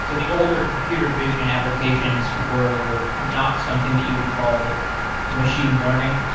so the older computer vision applications were not something that you would call machine learning?